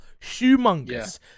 humongous